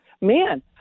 man